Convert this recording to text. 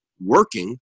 working